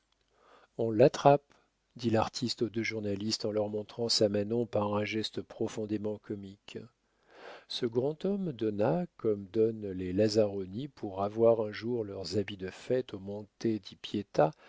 on l'attrape dit l'artiste aux deux journalistes en leur montrant samanon par un geste profondément comique ce grand homme donna comme donnent les lazzaroni pour ravoir un jour leurs habits de fête au